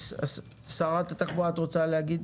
שרת התחבורה, את רוצה לדבר?